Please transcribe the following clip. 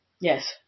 Yes